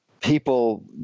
people